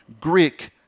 Greek